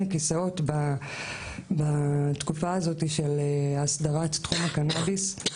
הכיסאות בתקופה הזאת של הסדרת תחום הקנאביס.